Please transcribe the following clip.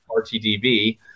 RTDB